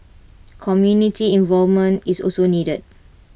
community involvement is also needed